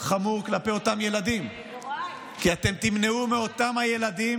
חמור כלפי אותם ילדים, כי אתם תמנעו מאותם הילדים